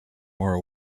more